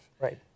Right